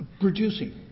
producing